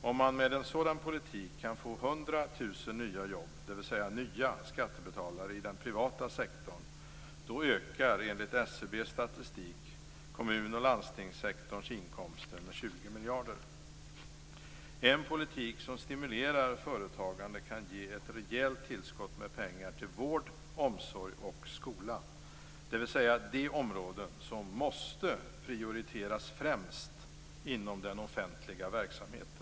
Om man med en sådan politik kan få 100 000 nya jobb - dvs. nya skattebetalare - inom den privata sektorn ökar, enligt En politik som stimulerar företagande kan ge ett rejält tillskott med pengar till vård, omsorg och skola - de områden som måste prioriteras främst inom den offentliga verksamheten.